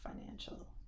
financial